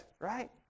right